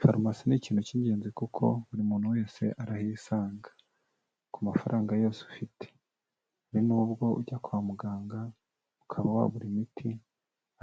Farumasi ni ikintu cy'ingenzi kuko buri muntu wese arahisanga ku mafaranga yose ufite, hari nubwo ujya kwa muganga ukaba wabura imiti,